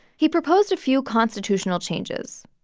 he proposed a few constitutional changes.